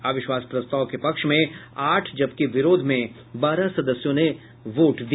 अविश्वास प्रस्ताव के पक्ष में आठ जबकि विरोध में बारह सदस्यों ने वोट दिया